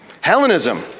Hellenism